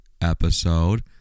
episode